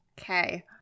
Okay